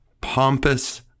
pompous